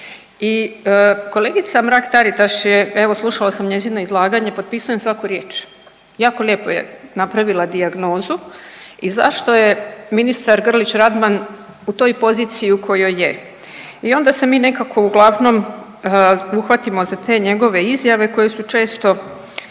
I kolegica Mrak Taritaš je, evo slušala sam njezino izlaganje potpisujem svaku riječ, jako lijepo je napravila dijagnozu i zašto je ministar Grlić Radman u toj poziciji u kojoj je. I onda se mi nekako uglavnom uhvatimo za te njegove izjave koje su često,